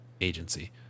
agency